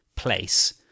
place